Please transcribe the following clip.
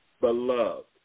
beloved